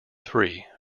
three